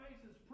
faces